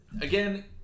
again